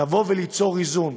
ליצור איזון.